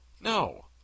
No